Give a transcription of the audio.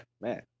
man